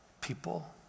people